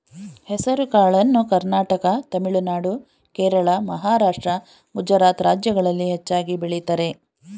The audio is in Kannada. ಹೆಸರುಕಾಳನ್ನು ಕರ್ನಾಟಕ ತಮಿಳುನಾಡು, ಕೇರಳ, ಮಹಾರಾಷ್ಟ್ರ, ಗುಜರಾತ್ ರಾಜ್ಯಗಳಲ್ಲಿ ಹೆಚ್ಚಾಗಿ ಬೆಳಿತರೆ